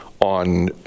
on